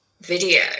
video